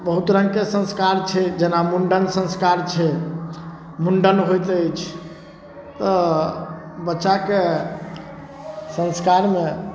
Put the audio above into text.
बहुत रङ्गके संस्कार छै जेना मुण्डन संस्कार छै मुण्डन होइत अछि तऽ बच्चाके संस्कारमे